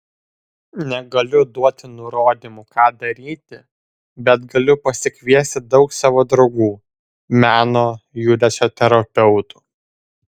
negaliu duoti nurodymų ką daryti bet galiu pasikviesti daug savo draugų meno judesio terapeutų